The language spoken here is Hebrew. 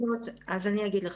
אז אני אגיד לך.